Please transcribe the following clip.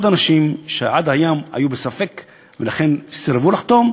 אנשים שעד היום היו בספק ולכן סירבו לחתום,